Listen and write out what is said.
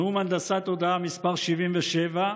נאום הנדסת תודעה מס' 77,